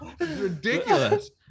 Ridiculous